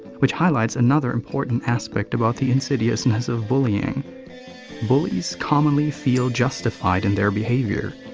which highlights another important aspect about the insidiousness of bullying bullies commonly feel justified in their behavior.